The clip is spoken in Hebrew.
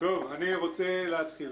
אני מבקש להתחיל.